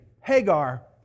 Hagar